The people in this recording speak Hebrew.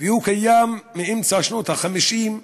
וקיים מאמצע שנות ה-50,